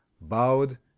bowed